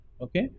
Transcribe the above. Okay